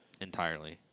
entirely